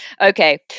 Okay